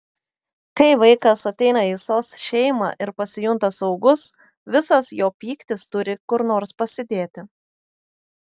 kai vaikas ateina į sos šeimą ir pasijunta saugus visas jo pyktis turi kur nors pasidėti